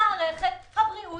מערכת הבריאות